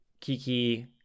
kiki